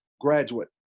graduate